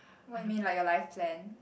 what you mean like your life plan